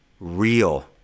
Real